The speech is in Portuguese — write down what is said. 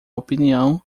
opinião